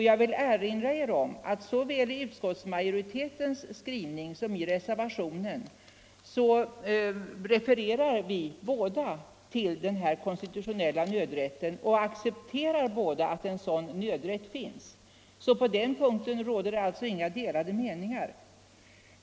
Jag vill erinra om att både utskottsmajoriteten och reservanten refererar till den konstitutionella nödrätten och vi accepterar båda att en sådan nödrätt finns. På den punkten råder det alltså inga delade meningar.